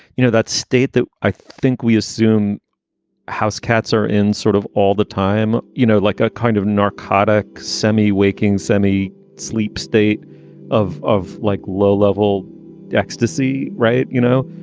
you know, that state that i think we assume housecats are in sort of all the time, you know, like a kind of narcotic semi waking semi sleep state of of like low level ecstasy right. you know,